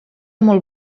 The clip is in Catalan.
molt